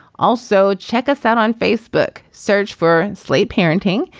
also, check us out on facebook. search for slate parenting.